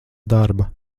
darba